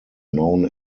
known